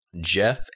Jeff